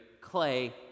clay